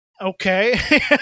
okay